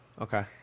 Okay